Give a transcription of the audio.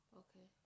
okay